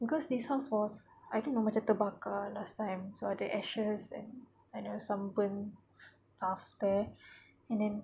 cause this house was I don't know macam terbakar last time so ada ashes and there was something and then